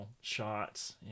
shots